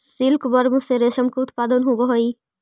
silkworm से रेशम के उत्पादन होवऽ हइ